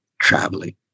traveling